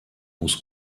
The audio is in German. muss